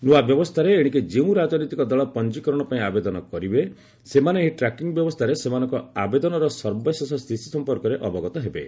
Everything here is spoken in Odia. ନୂଆ ବ୍ୟବସ୍ଥାରେ ଏଶିକି ଯେଉଁ ରାଜନୈତିକ ଦଳ ପଞ୍ଜୀକରଣ ପାଇଁ ଆବେଦନ କରିବେ ସେମାନେ ଏହି ଟ୍ରାକିଂ ବ୍ୟବସ୍ଥାରେ ସେମାନଙ୍କ ଆବେଦନର ସର୍ବଶେଷ ସ୍ଥିତି ସମ୍ପର୍କରେ ଅବଗତ ହେବେ